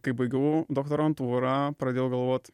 kai baigiau doktorantūrą pradėjau galvot